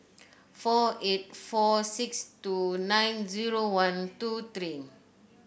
four eight four six two nine zero one two three